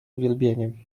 uwielbieniem